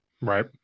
Right